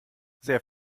sehr